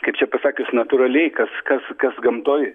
kaip čia pasakius natūraliai kas kas kas gamtoj